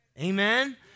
Amen